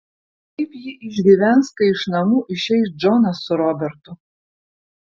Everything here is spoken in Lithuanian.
kaip ji išgyvens kai iš namų išeis džonas su robertu